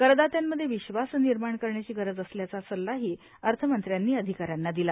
कर दात्यांमध्ये विश्वास निर्माण करण्याची गरज असल्याचा सल्लाही अर्थमंत्र्यांनी अषिकाऱ्यांना दिला